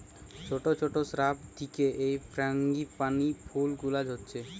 ছোট ছোট শ্রাব থিকে এই ফ্রাঙ্গিপানি ফুল গুলা হচ্ছে